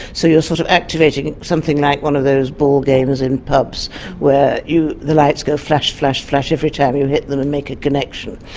so you're sort of activating something like one of those ball games in pubs where the lights go flash, flash, flash every time you hit them and make a connection.